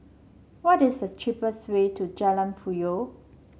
what is the cheapest way to Jalan Puyoh